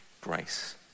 grace